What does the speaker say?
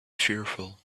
fearful